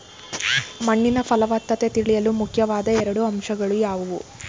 ಮಣ್ಣಿನ ಫಲವತ್ತತೆ ತಿಳಿಯಲು ಮುಖ್ಯವಾದ ಎರಡು ಅಂಶಗಳು ಯಾವುವು?